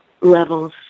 levels